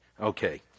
Okay